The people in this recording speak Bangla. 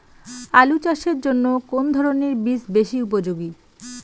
আলু চাষের জন্য কোন ধরণের বীজ বেশি উপযোগী?